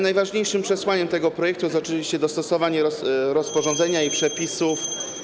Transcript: Najważniejszym przesłaniem tego projektu jest oczywiście dostosowanie rozporządzenia i przepisów.